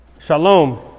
Shalom